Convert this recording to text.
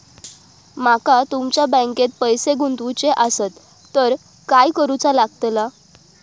माका तुमच्या बँकेत पैसे गुंतवूचे आसत तर काय कारुचा लगतला?